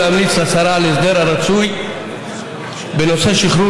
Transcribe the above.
ולהמליץ לשרה על ההסדר הרצוי בנושא שחרור